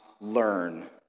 learn